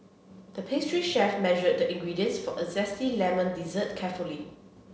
the pastry chef measured the ingredients for a zesty lemon dessert carefully